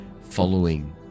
following